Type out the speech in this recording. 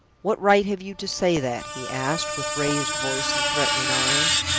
what right have you to say that? he asked, with raised voice and threatening eyes.